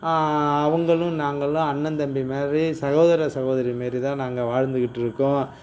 அவங்களும் நாங்களும் அண்ணன் தம்பி மாரி சகோதர சகோதரி மாரி தான் நாங்கள் வாழ்ந்துகிட்டுருக்கோம்